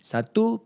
Satu